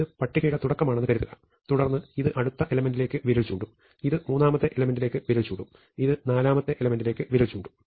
അതിനാൽ ഇത് പട്ടികയുടെ തുടക്കമാണെന്ന് കരുതുക തുടർന്ന് ഇത് അടുത്ത എലെമെന്റിലേക്ക് വിരൽ ചൂണ്ടും ഇത് മൂന്നാമത്തെ എലെമെന്റിലേക്ക് വിരൽ ചൂണ്ടും ഇത് നാലാമത്തെ എലെമെന്റിലേക്ക് വിരൽ ചൂണ്ടും